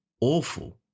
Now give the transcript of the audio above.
awful